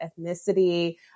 ethnicity